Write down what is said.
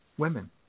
Women